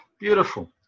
Beautiful